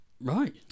Right